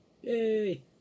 Yay